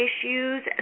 issues